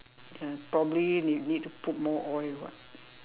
ya probably you need to put more oil [what]